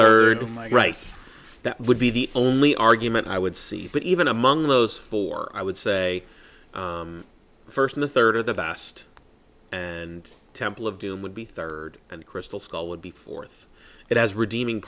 rice that would be the only argument i would see but even among those four i would say the first in the third or the best and temple of doom would be third and crystal skull would be fourth it has redeeming